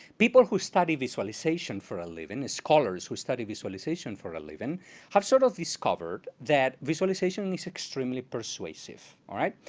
people who study visualization for a living, scholars who study visualization for a living, have sort of discovered that visualization is extremely persuasive. all right?